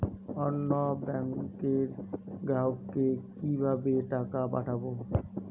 অন্য ব্যাংকের গ্রাহককে কিভাবে টাকা পাঠাবো?